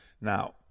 Now